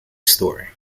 story